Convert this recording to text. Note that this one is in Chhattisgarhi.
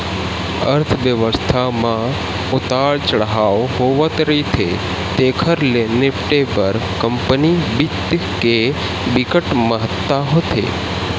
अर्थबेवस्था म उतार चड़हाव होवथ रहिथे तेखर ले निपटे बर कंपनी बित्त के बिकट महत्ता होथे